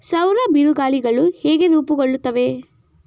ಸೌರ ಬಿರುಗಾಳಿಗಳು ಹೇಗೆ ರೂಪುಗೊಳ್ಳುತ್ತವೆ?